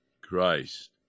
christ